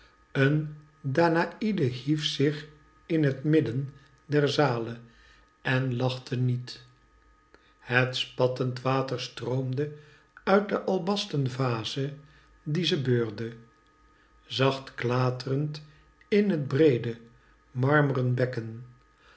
een danai'de hief zich in het midden der zale en lachte niet het spattend water stroomde uit de albasten vaze die ze beurde zacht klaa trend in het breede marmren bekken